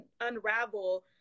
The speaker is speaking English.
unravel